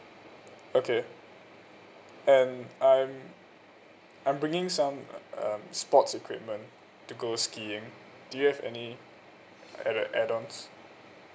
okay and I'm I'm bringing some uh um sports equipment to go skiing do you have any add add-ons